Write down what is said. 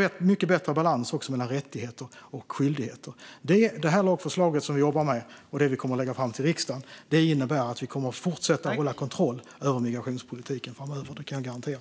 en mycket bättre balans mellan rättigheter och skyldigheter. Det lagförslag som vi jobbar med och som vi kommer att lägga fram till riksdagen innebär att vi kommer att fortsätta ha kontroll över migrationspolitiken framöver. Det kan jag garantera.